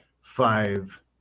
five